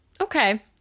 okay